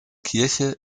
kirche